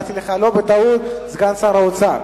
קראתי לך לא בטעות סגן שר האוצר,